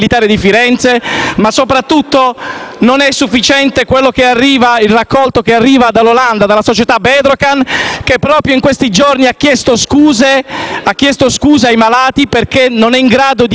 non è sufficiente il raccolto che arriva dall'Olanda, dalla società Bedrocan, che proprio in questi giorni ha chiesto scusa ai malati, perché non è in grado di garantire la continuità terapeutica.